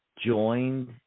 joined –